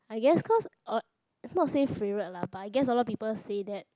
I guess cause uh not say favourite lah but I guess a lot of people say that